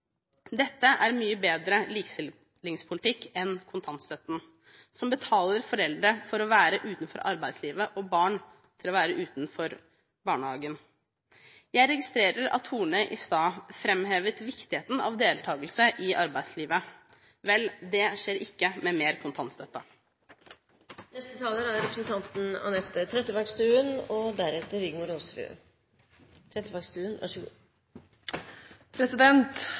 Dette er mye bedre likestillingspolitikk enn kontantstøtten, som betaler foreldre for å være utenfor arbeidslivet og barn til å være utenfor barnehagen. Jeg registrerer at statsråd Horne i stad framhevet viktigheten av deltagelse i arbeidslivet. Vel, det skjer ikke med mer kontantstøtte. Likestillingen – statsfeminismen – er